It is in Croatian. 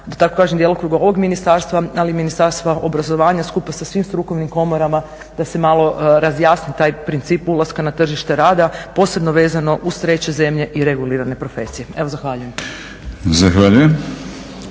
da tako kažem djelokruga ovog ministarstva, ali i Ministarstva obrazovanja skupa sa svim strukovnim komorama da se malo razjasni taj princip ulaska na tržište rada posebno vezano uz treće zemlje i regulirane profesije. Zahvaljujem.